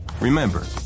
remember